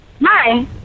Hi